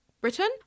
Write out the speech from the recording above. britain